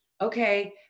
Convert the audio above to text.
okay